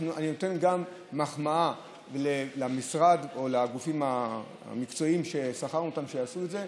אני נותן מחמאה למשרד או לגופים המקצועיים ששכרנו אותם שיעשו את זה.